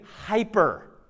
hyper